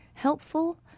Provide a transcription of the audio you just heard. helpful